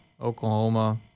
Oklahoma